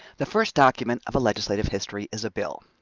the first document of a legislative history is a bill.